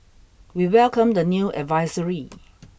we welcomed the new advisory